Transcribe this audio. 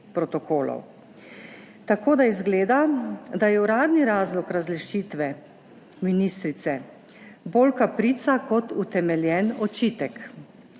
protokolov. Tako da izgleda, da je uradni razlog razrešitve ministrice bolj kaprica kot utemeljen očitek.